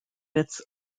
its